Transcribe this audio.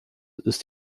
ist